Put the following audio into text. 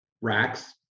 racks